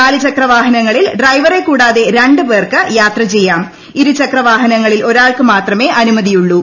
നാല് ചക്രവാഹനങ്ങളിൽ ഡ്രൈവർറക്കൂടാതെ രണ്ട് പേർക്ക് യാത്ര ചെയ്യാം ഇരുച്യക്കുവാഹനങ്ങളിൽ ഒരാൾക്ക് മാത്രമേ ച്ച് അനുമതി ഉള്ളൂ